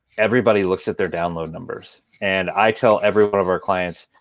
everybody looks at their download numbers and i tell everyone of our clients,